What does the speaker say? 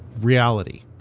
reality